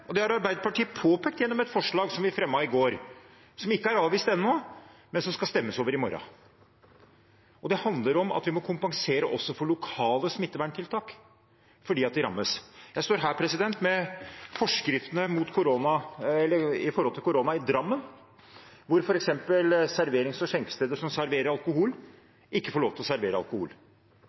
og det har Arbeiderpartiet påpekt gjennom et forslag som vi fremmet i går, som ikke er avvist ennå, men som det skal stemmes over i morgen. Det handler om at vi må kompensere også for lokale smitteverntiltak, fordi man rammes. Jeg står her med forskriftene når det gjelder korona i Drammen, hvor f.eks. serverings- og skjenkesteder som serverer alkohol, ikke får lov til å servere alkohol.